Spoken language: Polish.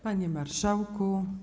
Panie Marszałku!